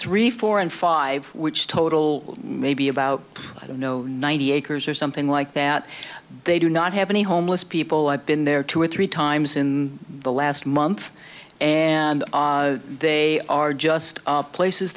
three four and five which total maybe about you know ninety acres or something like that they do not have any homeless people i've been there two or three times in the last month and they are just places